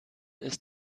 ist